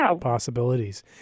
possibilities